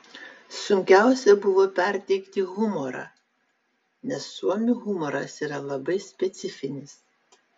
sunkiausia buvo perteikti humorą nes suomių humoras yra labai specifinis